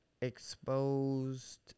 exposed